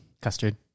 Custard